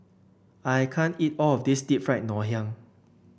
I can't eat all of this Deep Fried Ngoh Hiang